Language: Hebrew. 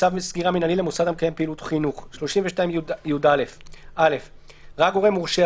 "צו סגירה מינהלי למוסד המקיים פעילות חינוך 32יא. (א)ראה גורם מורשה,